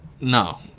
no